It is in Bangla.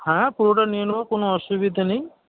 হ্যাঁ পুরোটা নিয়ে নেব কোন অসুবিধে নেই